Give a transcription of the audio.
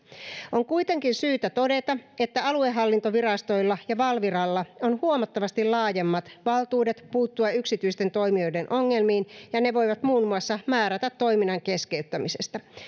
on kuitenkin syytä todeta että aluehallintovirastoilla ja valviralla on huomattavasti laajemmat valtuudet puuttua yksityisten toimijoiden ongelmiin ja ne voivat muun muassa määrätä toiminnan keskeyttämisestä